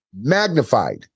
Magnified